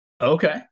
Okay